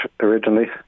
originally